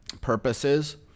purposes